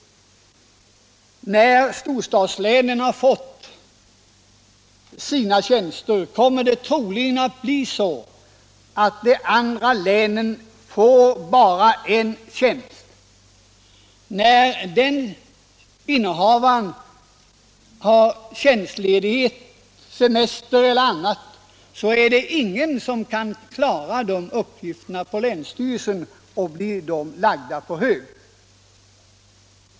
När storstadslänen har fått sina tjänster, får de andra länen troligen bara en tjänst vardera. Då vederbörande innehavare har tjänstledigt, semester eller annan ledighet kan ingen klara dessa uppgifter på länsstyrelsen, utan de blir lagda på hög.